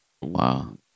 Wow